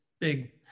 big